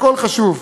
הכול חשוב,